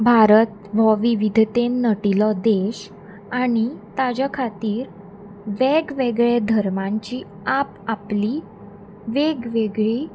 भारत हो विविधतेन नटिल्लो देश आनी ताज्या खातीर वेग वेगळ्या धर्मांची आप आपली वेग वेगळी